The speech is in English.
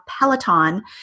Peloton